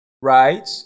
right